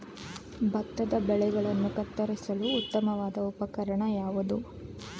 ಭತ್ತದ ಬೆಳೆಗಳನ್ನು ಕತ್ತರಿಸಲು ಉತ್ತಮವಾದ ಉಪಕರಣ ಯಾವುದು?